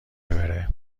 بره